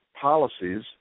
policies